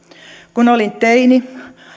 kun olin teini